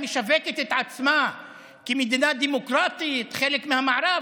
המשווקת את עצמה כמדינה דמוקרטית, חלק מהמערב,